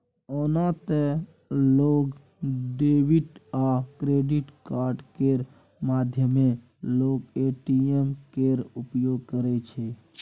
ओना तए लोक डेबिट आ क्रेडिट कार्ड केर माध्यमे लोक ए.टी.एम केर प्रयोग करै छै